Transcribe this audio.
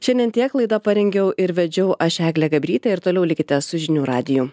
šiandien tiek laidą parengiau ir vedžiau aš eglė gabrytė ir toliau likite su žinių radiju